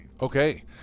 Okay